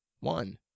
one